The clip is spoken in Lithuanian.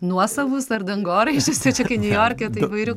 nuosavus ar dangoraižius tai čia kai naiujorke tai įvairių